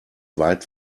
weit